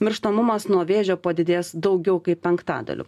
mirštamumas nuo vėžio padidės daugiau kaip penktadaliu